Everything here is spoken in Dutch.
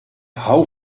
hou